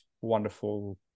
wonderful